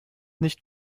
nicht